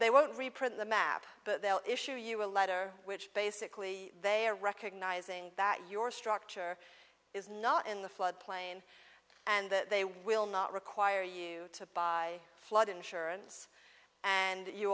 they won't reprint the map but they'll issue you a letter which basically they are recognizing that your structure is not in the floodplain and that they will not require you to buy flood insurance and you